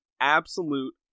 absolute